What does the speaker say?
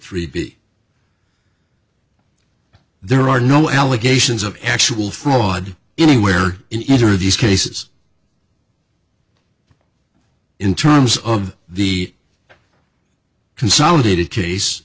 three b there are no allegations of actual fraud anywhere in either of these cases in terms of the consolidated case